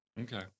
Okay